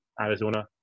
Arizona